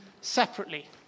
separately